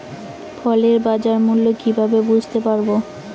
ফসলের বাজার মূল্য কিভাবে বুঝতে পারব?